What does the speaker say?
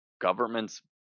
governments